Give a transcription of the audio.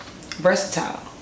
versatile